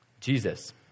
Jesus